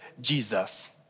Jesus